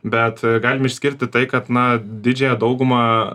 bet galim išskirti tai kad na didžiąją daugumą